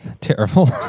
terrible